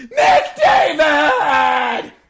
McDavid